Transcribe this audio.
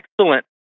excellent